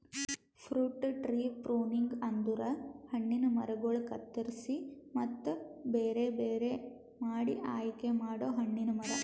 fruit tree pruning ಅಂದುರ್ ಹಣ್ಣಿನ ಮರಗೊಳ್ ಕತ್ತುರಸಿ ಮತ್ತ ಬೇರೆ ಬೇರೆ ಮಾಡಿ ಆಯಿಕೆ ಮಾಡೊ ಹಣ್ಣಿನ ಮರ